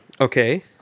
Okay